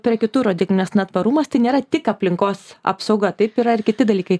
prie kitų rodiklių nes na tvarumas tai nėra tik aplinkos apsauga taip yra ir kiti dalykai